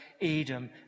Edom